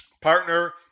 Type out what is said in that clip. partner